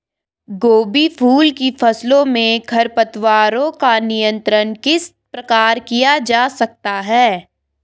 गोभी फूल की फसलों में खरपतवारों का नियंत्रण किस प्रकार किया जा सकता है?